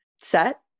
set